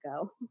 go